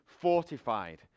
fortified